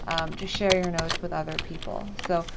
to share your notes with other people. so,